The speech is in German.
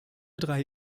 drei